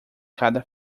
cada